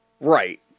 right